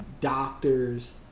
doctors